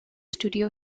studio